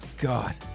God